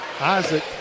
Isaac